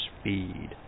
speed